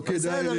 לא, לא כדאי.